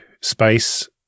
space